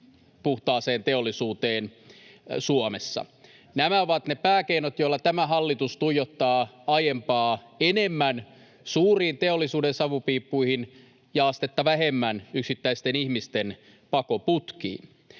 puhtaaseen teollisuuteen Suomessa. Nämä ovat ne pääkeinot, joilla tämä hallitus tuijottaa aiempaa enemmän suuriin teollisuuden savupiippuihin ja astetta vähemmän yksittäisten ihmisten pakoputkiin.